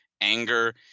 anger